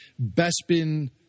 Bespin